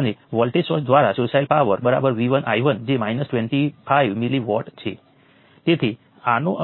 અને તમે જોશો કે આ નોડ 4 માટેના ઈકવેશન જેવું જ છે પરંતુ ચિહ્નો